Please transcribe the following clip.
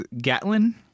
Gatlin